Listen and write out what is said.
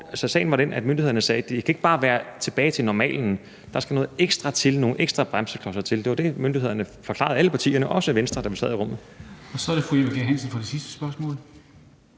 Sagen var den, at myndighederne sagde, at det ikke bare kunne være tilbage til normalen, der skulle noget ekstra til, nogle ekstra bremseklodser til. Det var det, myndighederne forklarede alle partierne, også Venstre, da vi sad i rummet. Kl. 14:07 Formanden (Henrik Dam Kristensen): Så